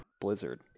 Blizzard